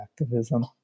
activism